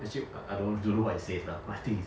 actually I don't know what it says lah but I think